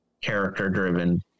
character-driven